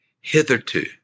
Hitherto